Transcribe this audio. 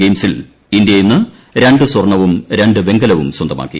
ഗെയിംസിൽ ഇന്ത്യ ഇന്ന് രണ്ട് സ്വർണ്ണവും രണ്ട് വെങ്കലവും സ്വന്തമാക്കി